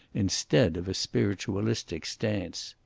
instead of a spiritualistic seance.